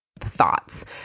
Thoughts